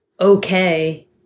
okay